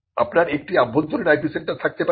আপনার একটি আভ্যন্তরীণ IP সেন্টার থাকতে পারে